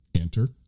Enter